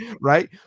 right